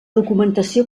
documentació